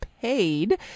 paid